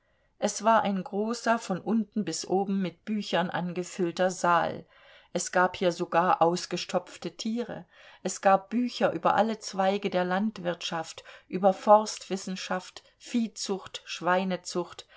es war ein großer von unten bis oben mit büchern angefüllter saal es gab hier sogar ausgestopfte tiere es gab bücher über alle zweige der landwirtschaft über forstwissenschaft viehzucht schweinezucht